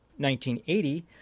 1980